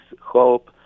hope